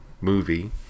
movie